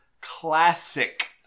classic